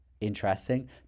interesting